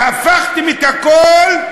והפכתם את הכול,